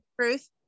truth